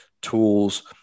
tools